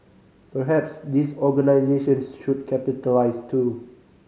perhaps these organisations should capitalise too